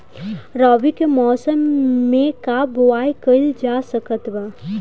रवि के मौसम में का बोआई कईल जा सकत बा?